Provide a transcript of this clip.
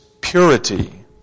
purity